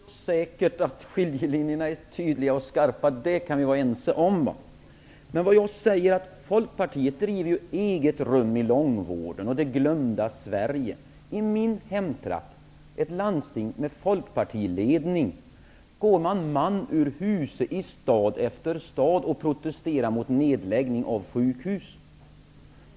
Fru talman! Jag tror säkert att skiljelinjerna är tydliga och skarpa. Detta kan vi vara ense om. Men vad jag säger är att Folkpartiet driver ju frågorna om eget rum i långvården och det glömda Sverige. I min hemtrakt, där vi har ett landsting med folkpartiledning, går man man ur huse i stad efter stad för att protestera mot nedläggning av sjukhus.